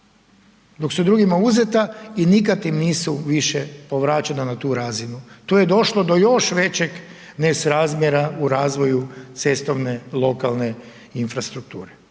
dok su drugima uzeta i nikad im nisu više povraćena na tu razinu. Tu je došlo do još većeg nesrazmjera u razvoju cestovne lokalne infrastrukture.